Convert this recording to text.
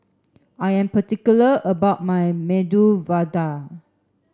I am particular about my Medu Vada